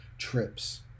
trips